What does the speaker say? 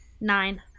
Nine